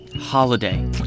Holiday